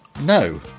no